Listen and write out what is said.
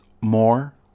more